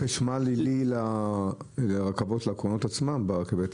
חשמל עילי לרכבות לקרונות עצמם ברכבת הקלה.